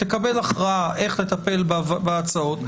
תקבל הכרעה איך לטפל בהצעות,